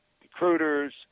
recruiters